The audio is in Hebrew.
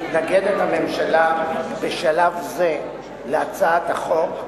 הממשלה מתנגדת בשלב זה להצעת החוק,